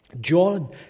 John